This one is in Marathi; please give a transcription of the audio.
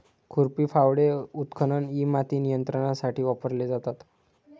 खुरपी, फावडे, उत्खनन इ माती नियंत्रणासाठी वापरले जातात